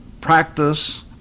practice